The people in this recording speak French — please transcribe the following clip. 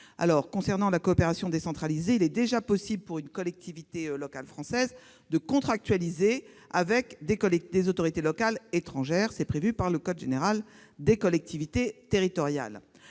En matière de coopération décentralisée, il est déjà possible pour une collectivité locale française de contractualiser avec des autorités locales étrangères. C'est prévu dans le code général des collectivités territoriales.